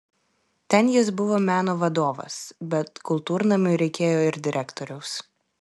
ten jis buvo meno vadovas bet kultūrnamiui reikėjo ir direktoriaus